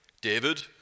David